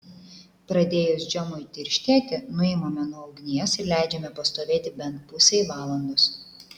pradėjus džemui tirštėti nuimame nuo ugnies ir leidžiame pastovėti bent pusei valandos